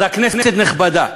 אז הכנסת נכבדה.